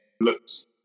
looks